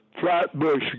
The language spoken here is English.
Flatbush